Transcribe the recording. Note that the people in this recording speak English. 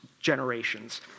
generations